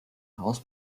haus